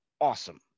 awesome